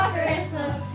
Christmas